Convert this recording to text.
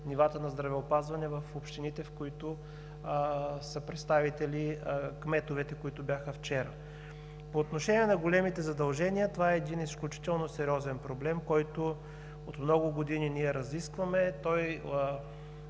нивата на здравеопазване в общините, на които са представители кметовете, които бяха вчера. По отношение на големите задължения, това е един изключително сериозен проблем, който от много години ние разискваме.